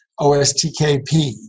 OSTKP